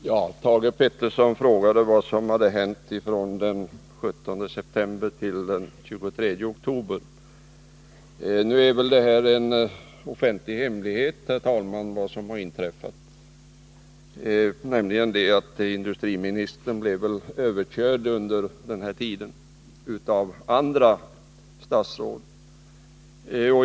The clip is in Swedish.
Herr talman! Thage Peterson frågade vad som hade hänt från den 17 september till den 23 oktober. Det är väl en offentlig hemlighet, herr talman, vad som har inträffat, nämligen att industriministern under den här tiden blev överkörd av andra statsråd.